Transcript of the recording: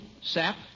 Sap